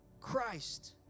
Christ